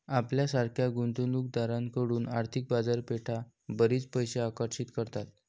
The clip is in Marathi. आपल्यासारख्या गुंतवणूक दारांकडून आर्थिक बाजारपेठा बरीच पैसे आकर्षित करतात